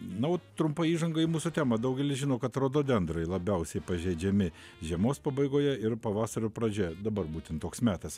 nu trumpa įžanga į mūsų temą daugelis žino kad rododendrai labiausiai pažeidžiami žiemos pabaigoje ir pavasario pradžia dabar būtent toks metas